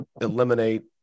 eliminate